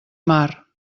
mar